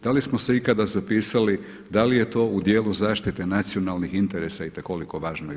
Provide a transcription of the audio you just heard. Da li smo se ikada zapitali da li je to u dijelu zaštite nacionalnih interesa i te koliko važno i bitno.